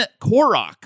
Korok